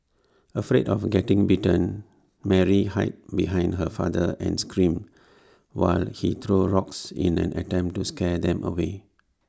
afraid of getting bitten Mary hid behind her father and screamed while he threw rocks in an attempt to scare them away